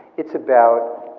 it's about.